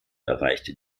erreichte